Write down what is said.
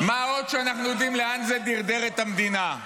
מה עוד, שאנחנו יודעים לאן זה דרדר את המדינה.